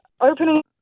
opening